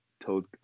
told